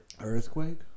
Earthquake